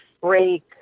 break